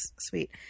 sweet